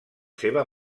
seva